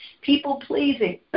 People-pleasing